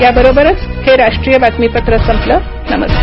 याबरोबरच हे राष्ट्रीय बातमीपत्र संपलं नमस्कार